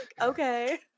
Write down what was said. Okay